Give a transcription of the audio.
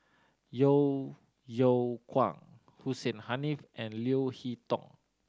Yeo Yeow Kwang Hussein Haniff and Leo Hee Tong